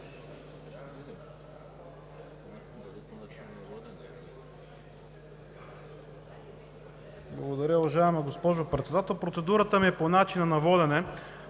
Благодаря, уважаема госпожо Председател. Процедурата ми е по начина на водене.